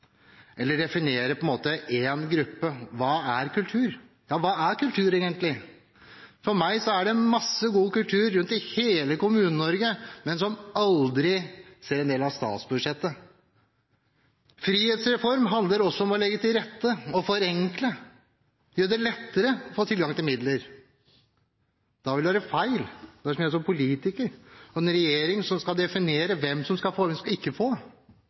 eller definere ut fra én gruppe hva kultur er. Hva er egentlig kultur? For meg er det mye god kultur rundt om i hele Kommune-Norge – men den ser aldri en del av statsbudsjettet. Frihetsreform handler også om å legge til rette og forenkle, gjøre det lettere å få tilgang til midler. Da vil det være feil at det er politikere og en regjering som skal definere hvem som skal få, og hvem som ikke skal få,